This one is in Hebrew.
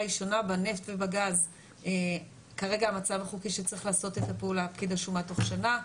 בנפט ובגז כרגע המצב החוקי שצריך לעשות את הפעולה פקיד השומה תוך שנה.